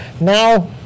Now